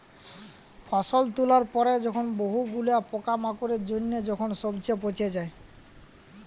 ফসল তোলার পরে যখন বহু গুলা পোকামাকড়ের জনহে যখন সবচে পচে যায়